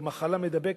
או מחלה מידבקת,